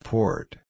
Port